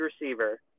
receiver